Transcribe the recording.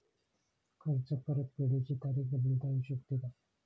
कर्ज परतफेडीची तारीख बदलता येऊ शकते का?